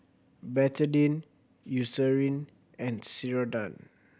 Betadine Eucerin and Ceradan